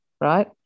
right